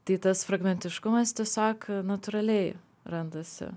tai tas fragmentiškumas tiesiog natūraliai randasi